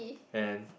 and